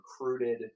recruited